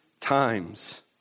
times